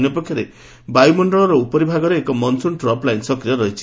ଅନ୍ୟ ପକ୍ଷରେ ବାୟୁମଖଳର ଉପରି ଭାଗରେ ଏକ ମନସୁନ ଟ୍ରପ୍ ଲାଇନ୍ ସକ୍ରିୟ ରହିଛି